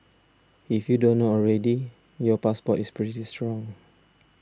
if you don't know already your passport is pretty strong